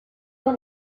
will